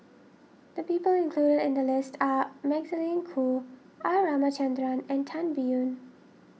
the people include in the list are Magdalene Khoo R Ramachandran and Tan Biyun